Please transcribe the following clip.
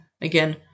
again